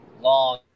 long